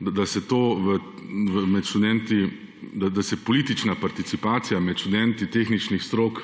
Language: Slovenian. Nekako imam občutek, da se politična participacija med študenti tehničnih strok